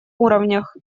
уровнях